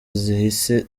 zihishe